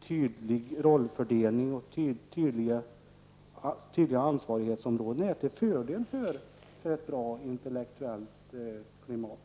tydlig rollfördelning och tydliga ansvarighetsområden är till fördel för ett bra intellektuellt klimat.